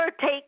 take